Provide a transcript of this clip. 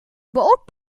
boat